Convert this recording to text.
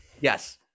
Yes